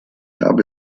habe